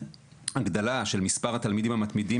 שהגדלה של מספר התלמידים שמתמידים